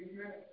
Amen